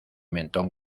mentón